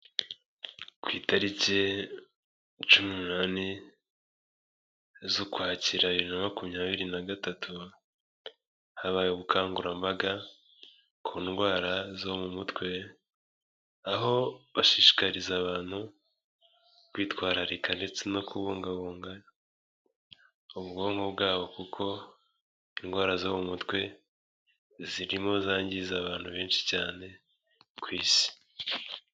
Ku itariki cumi n'umunani, ukwakira, bibiri na makumyabiri na gatatu, habaye ubukangurambaga ku ndwara zo mu mutwe, aho bashishikariza abantu kwitwararika ndetse no kubungabunga ubwonko bwabo, kuko indwara zo mu mutwe zirimo zangiza abantu benshi cyane ku isi.